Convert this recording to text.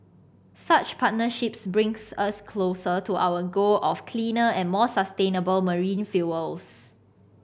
such partnerships brings us closer to our goal of cleaner and more sustainable marine fuels